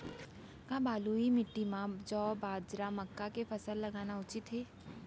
का बलुई माटी म जौ, बाजरा, मक्का के फसल लगाना उचित हे?